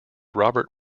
robert